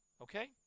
okay